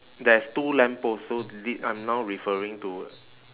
there is two lamppost so did I'm now referring to